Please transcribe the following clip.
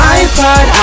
iPod